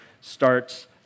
starts